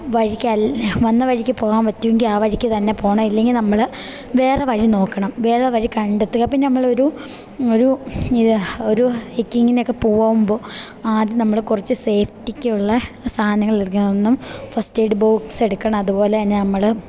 വഴിക്ക് അൽ വന്ന വഴിക്ക് പോകാൻ പറ്റുവെങ്കിൽ ആ വഴിക്ക് തന്നെ പോകണം ഇല്ലെങ്കിൽ നമ്മൾ വേറെ വഴി നോക്കണം വേറെ വഴി കണ്ടെത്തുക ഇപ്പം നമ്മൾ ഒരു ഒരു ഇത് ഒരു ഹൈക്കിങ്ങിനൊക്കെ പോകുമ്പോൾ ആദ്യം നമ്മൾ കുറച്ച് സേഫ്റ്റിക്കുള്ള സാധനങ്ങൾ എടുക്കണം ഒന്ന് ഫസ്റ്റെയ്ഡ് ബോക്സ് എടുക്കണം അതുപോലെ തന്നെ നമ്മൾ